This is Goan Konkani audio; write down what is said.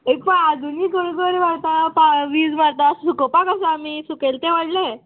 ए पळय आजुनीय गळगर मारता पा वीज मात्ता सुकोवपाक आसा आमी सुकयले ते व्हडले